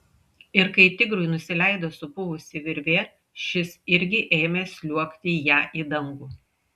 ir kai tigrui nusileido supuvusi virvė šis irgi ėmė sliuogti ja į dangų